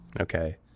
Okay